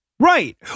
Right